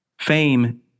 Fame